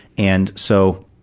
and so,